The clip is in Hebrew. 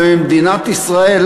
וממדינת ישראל,